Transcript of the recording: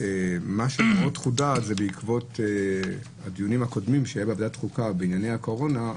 מה שעוד חודד זה בעקבות הדיונים הקודמים בוועדת החוקה בענייני הקורונה,